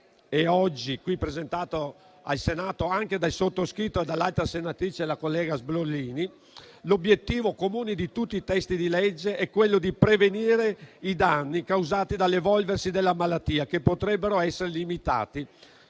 oggi qui presentato al Senato anche dal sottoscritto e dalla collega senatrice Sbrollini, ha come obiettivo, comune a tutti i testi di legge in materia, di prevenire i danni causati dall'evolversi della malattia, che potrebbero essere limitati,